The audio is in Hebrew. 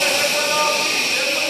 אורן, איפה יואב קיש?